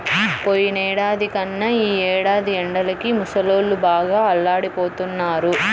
పోయినేడాది కన్నా ఈ ఏడాది ఎండలకి ముసలోళ్ళు బాగా అల్లాడిపోతన్నారు